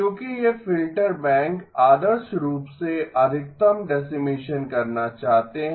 क्योंकि ये filter bank आदर्श रूप से अधिकतम डेसीमेसन करना चाहते हैं